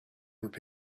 have